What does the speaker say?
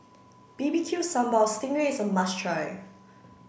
B B Q sambal sting ray is a must try